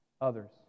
others